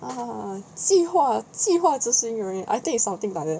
ah 计划计划执行人员 I think something like that